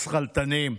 השכלתנים,